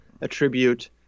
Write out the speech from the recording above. attribute